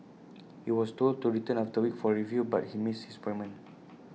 he was told to return after A week for A review but he missed his appointment